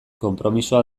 konpromisoa